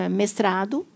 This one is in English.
mestrado